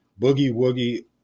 boogie-woogie